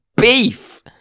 beef